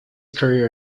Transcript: career